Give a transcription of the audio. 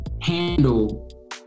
handle